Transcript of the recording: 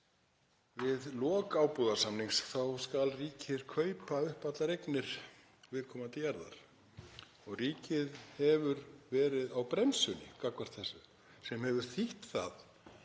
við lok ábúðarsamnings skuli ríkið kaupa upp allar eignir viðkomandi jarðar. Ríkið hefur verið á bremsunni gagnvart þessu sem hefur þýtt það